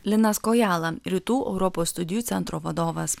linas kojala rytų europos studijų centro vadovas